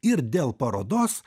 ir dėl parodos